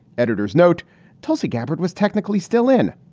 editor's note tulsi gabbard was technically still in.